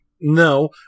no